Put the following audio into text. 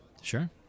Sure